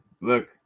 look